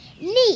Neat